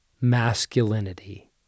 masculinity